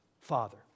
Father